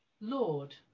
lord